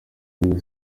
none